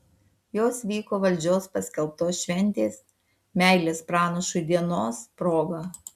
jos vyko valdžios paskelbtos šventės meilės pranašui dienos proga